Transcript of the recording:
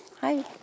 hi